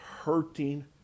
hurting